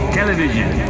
television